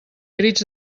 crits